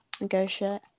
negotiate